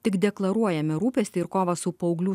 tik deklaruojame rūpestį ir kovą su paauglių